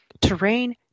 Terrain